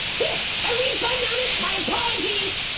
yeah a refund on it, my apologies.